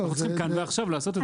אנחנו צריכים כאן ועכשיו לעשות את זה.